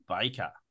Baker